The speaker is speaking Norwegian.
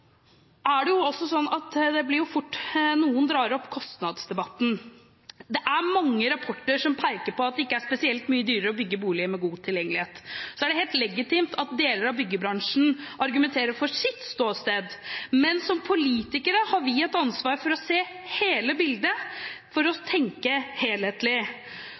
Det blir fort til at noen drar opp kostnadsdebatten. Det er mange rapporter som peker på at det ikke er spesielt mye dyrere å bygge boliger med god tilgjengelighet. Så er det helt legitimt at deler av byggebransjen argumenterer for sitt ståsted. Men som politikere har vi et ansvar for å se hele bildet, for å tenke helhetlig.